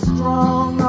Strong